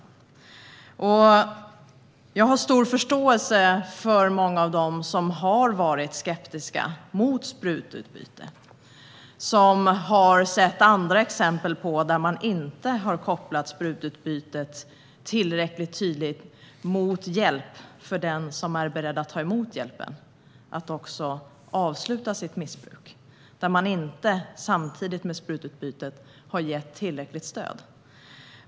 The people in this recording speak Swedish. Jag har stor förståelse för många av dem som har varit skeptiska mot sprututbyte. De har sett andra exempel, där man inte har kopplat sprututbytet tillräckligt tydligt till hjälp för den som är beredd att ta emot hjälp att avsluta sitt missbruk. Där har man inte gett tillräckligt med stöd i samband med sprututbytet.